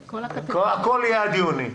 הכול יהיה עד יוני.